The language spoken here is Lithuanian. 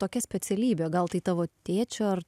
tokia specialybė gal tai tavo tėčio ar